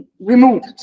removed